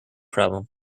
problem